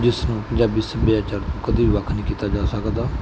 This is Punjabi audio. ਜਿਸ ਨੂੰ ਪੰਜਾਬੀ ਸੱਭਿਆਚਾਰ ਕਦੇ ਵੀ ਵੱਖ ਨਹੀਂ ਕੀਤਾ ਜਾ ਸਕਦਾ